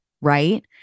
right